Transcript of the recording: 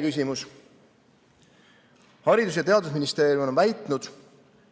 küsimus. Haridus‑ ja Teadusministeerium on väitnud,